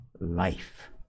life